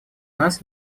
нас